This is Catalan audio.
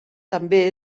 també